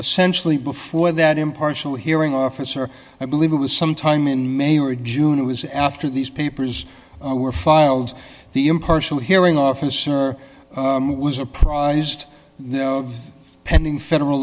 essentially before that impartial hearing officer i believe it was sometime in may or june it was after these papers were filed the impartial hearing officer was apprised of pending federal